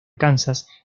kansas